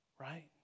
Right